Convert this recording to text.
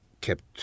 kept